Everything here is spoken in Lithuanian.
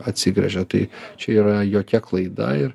atsigręžia tai čia yra jokia klaida ir